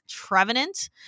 Trevenant